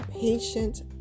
patient